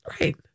Right